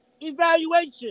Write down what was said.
evaluation